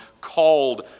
called